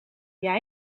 jij